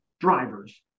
drivers